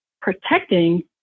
protecting